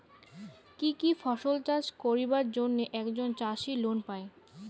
কি কি ফসল চাষ করিবার জন্যে একজন চাষী লোন পায়?